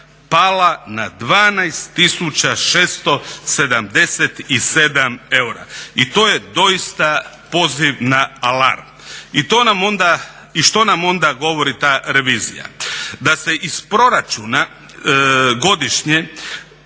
pala na 12 tisuća 677 eura. I to je doista poziv na alarm. I što nam onda govori ta revizija? Da se iz proračuna godišnje